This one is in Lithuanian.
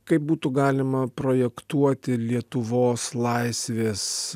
kaip būtų galima projektuoti lietuvos laisvės